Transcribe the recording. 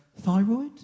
thyroid